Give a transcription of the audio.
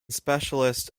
specialist